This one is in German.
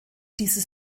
dieses